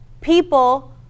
people